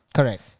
Correct